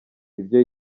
ibyo